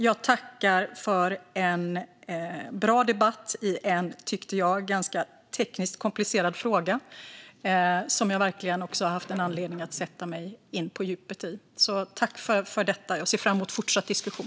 Jag tackar för en bra debatt i en, som jag tyckte, ganska tekniskt komplicerad fråga. Jag har verkligen haft anledning att sätta mig in i den på djupet, och jag ser fram emot fortsatt diskussion.